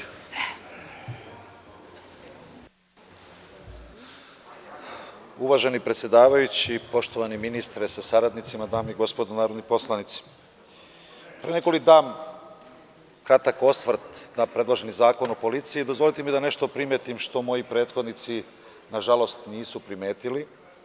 Uvaženi predsedavajući, poštovani ministre sa saradnicima, dame i gospodo narodni poslanici, pre nego li dam kratak osvrt na predloženi zakon o policiji, dozvolite mi da nešto primetim što moji prethodnici nažalost nisu primetili.